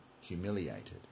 humiliated